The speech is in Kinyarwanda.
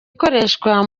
ikoreshwa